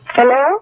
Hello